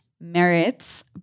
merits